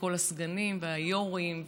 וכל הסגנים והיו"רים,